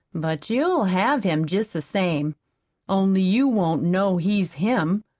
but you'll have him jest the same only you won't know he's him.